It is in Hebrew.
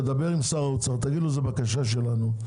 תדבר עם שר האוצר ותגיד לו שזו בקשה שלנו,